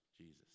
jesus